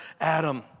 Adam